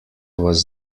was